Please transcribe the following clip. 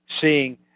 seeing